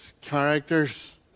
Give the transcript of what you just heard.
characters